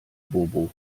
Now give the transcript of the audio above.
bobo